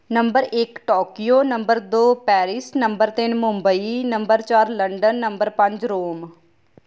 number ਇਕ Tokyo number ਦੋ Paris number ਤਿੰਨ ਮੁੰਬਈ ਨੰਬਰ ਚਾਰ ਲੰਡਨ ਨੰਬਰ ਪੰਜ ਰੋਮ